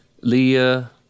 Leah